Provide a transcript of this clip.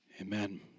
Amen